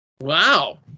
Wow